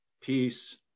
peace